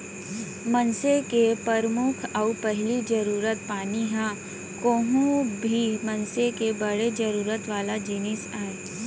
मनसे के परमुख अउ पहिली जरूरत पानी ह कोहूं भी मनसे के बड़े जरूरत वाला जिनिस आय